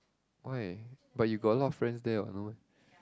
why but you got a lot of friends there what no meh